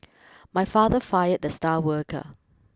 my father fired the star worker